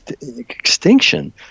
extinction